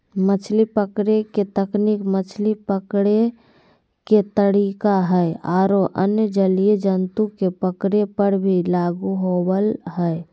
मछली पकड़े के तकनीक मछली पकड़े के तरीका हई आरो अन्य जलीय जंतु के पकड़े पर भी लागू होवअ हई